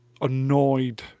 annoyed